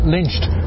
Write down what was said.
Lynched